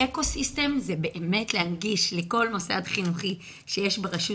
האקוסיסטם זה באמת להנגיש לכל מוסד חינוכי שיש ברשות